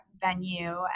venue